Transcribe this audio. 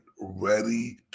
ready